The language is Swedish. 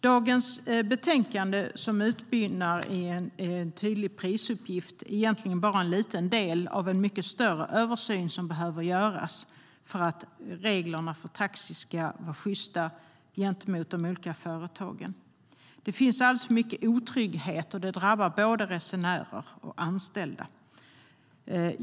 Dagens betänkande, som utmynnar i en tydlig prisuppgift, är egentligen bara en liten del av en mycket större översyn som behöver göras för att reglerna för taxi ska vara sjysta gentemot de olika företagen. Otryggheten är för stor, och det drabbar både resenärer och anställda.